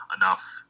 enough